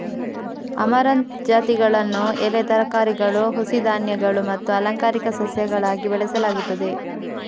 amaranth ಜಾತಿಗಳನ್ನು ಎಲೆ ತರಕಾರಿಗಳು, ಹುಸಿ ಧಾನ್ಯಗಳು ಮತ್ತು ಅಲಂಕಾರಿಕ ಸಸ್ಯಗಳಾಗಿ ಬೆಳೆಸಲಾಗುತ್ತದೆ